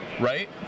right